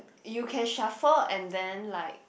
you can shuffle and then like